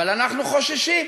אבל אנחנו חוששים,